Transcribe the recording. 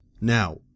Now